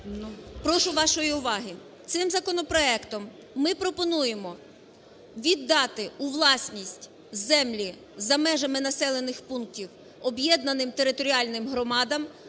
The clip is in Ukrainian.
Прошу вашої уваги. Цим законопроектом ми пропонуємо віддати у власність землі за межами населених пунктів об'єднаним територіальним громадам,